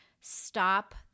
stop